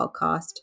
podcast